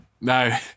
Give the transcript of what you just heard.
No